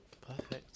Perfect